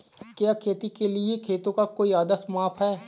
क्या खेती के लिए खेतों का कोई आदर्श माप है?